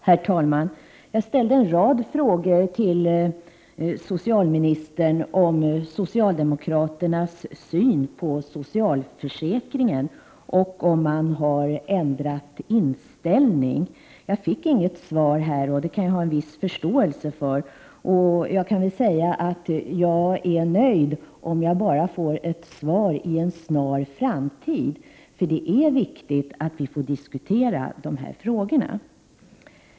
Herr talman! Jag ställde en rad frågor till socialministern om socialdemokraternas syn på socialförsäkringen och om man har ändrat inställning. Jag fick inte något svar, och det kan jag ha en viss förståelse för. Jag kan väl säga att jag är nöjd om jag bara får ett svar i en snar framtid. Det är viktigt att vi får diskutera dessa frågor.